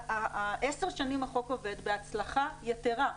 עשר שנים החוק עובד בהצלחה יתרה.